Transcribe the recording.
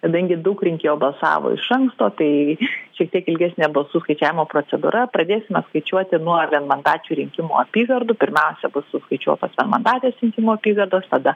kadangi daug rinkėjų balsavo iš anksto tai šiek tiek ilgesnė balsų skaičiavimo procedūra pradėsime skaičiuoti nuo vienmandačių rinkimų apygardų pirmiausia bus suskaičiuotas vienmandatės rinkimų apygardos tada